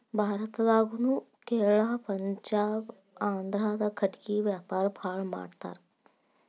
ಭಾರತದಾಗುನು ಕೇರಳಾ ಪಂಜಾಬ ಆಂದ್ರಾದಾಗ ಕಟಗಿ ವ್ಯಾವಾರಾ ಬಾಳ ಮಾಡತಾರ